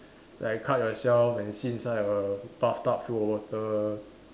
like cut yourself and sit inside a bathtub full of water